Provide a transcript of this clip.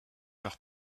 leur